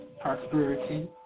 Prosperity